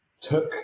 took